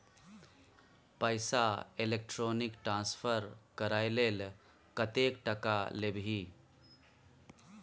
पैसा electronic transfer करय लेल कतेक टका लेबही